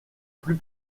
plus